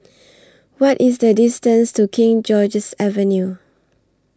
What IS The distance to King George's Avenue